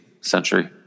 century